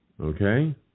Okay